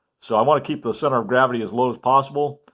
so i want to keep the center of gravity as low as possible.